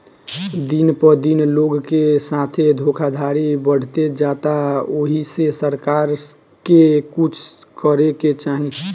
दिन प दिन लोग के साथे धोखधड़ी बढ़ते जाता ओहि से सरकार के कुछ करे के चाही